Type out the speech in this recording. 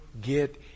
get